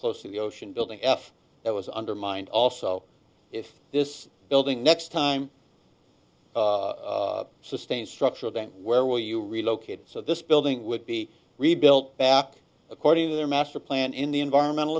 close to the ocean building f that was undermined also if this building next time sustained structural damage where were you relocated so this building would be rebuilt back according to their master plan in the environmental